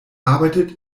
arbeitet